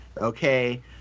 Okay